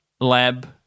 lab